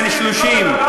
בן 30,